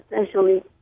essentially